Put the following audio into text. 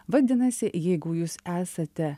vadinasi jeigu jūs esate